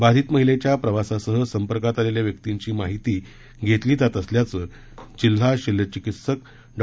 बाधित महिलेच्या प्रवासासह संपर्कात आलेल्या व्यक्तींची माहिती घेतली जात असल्याचं जिल्हा शल्यचिकित्सक डॉ